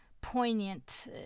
poignant